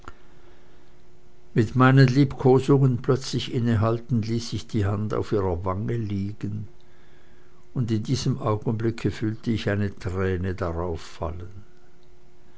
mit meinen liebkosungen plötzlich innehaltend ließ ich die hand auf ihrer wange liegen und in diesem augenblicke fühlte ich eine träne darauf fallen